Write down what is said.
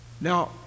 Now